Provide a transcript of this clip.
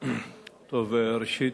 ראשית,